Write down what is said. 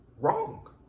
wrong